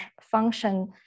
function